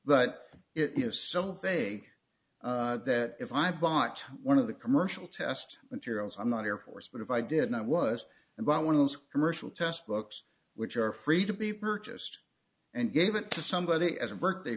but it is something that if i bought one of the commercial test materials i'm not air force but if i did i was and bought one of those commercial test books which are free to be purchased and gave it to somebody as a birthday